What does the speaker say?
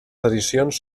tradicions